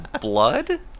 blood